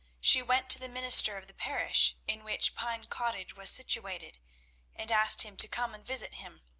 she went to the minister of the parish in which pine cottage was situated and asked him to come and visit him.